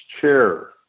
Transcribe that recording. chair